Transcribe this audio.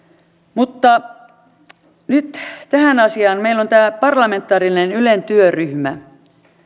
mutta nyt tähän asiaan meillä on täällä parlamentaarinen ylen työryhmä